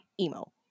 emo